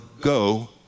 go